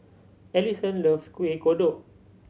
Ellison loves Kuih Kodok